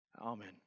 Amen